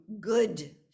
good